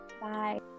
bye